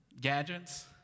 Gadgets